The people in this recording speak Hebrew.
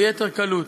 ביתר קלות.